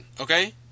okay